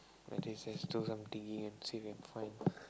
at least let's do something see if can find